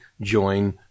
join